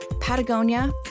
Patagonia